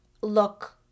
look